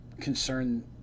concern